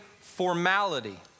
formality